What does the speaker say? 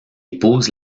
épouse